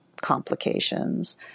complications